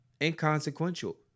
inconsequential